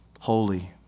Holy